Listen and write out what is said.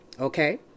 okay